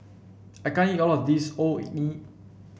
I can't eat all of this Orh Nee